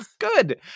Good